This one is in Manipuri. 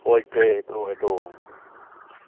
ꯍꯣꯏ